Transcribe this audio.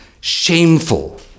shameful